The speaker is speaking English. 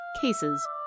cases